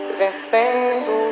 vencendo